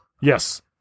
Yes